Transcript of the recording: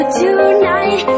tonight